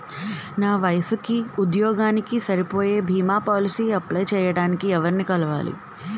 నా వయసుకి, ఉద్యోగానికి సరిపోయే భీమా పోలసీ అప్లయ్ చేయటానికి ఎవరిని కలవాలి?